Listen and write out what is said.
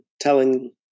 telling